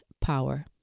power